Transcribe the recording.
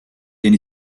den